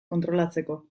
kontrolatzeko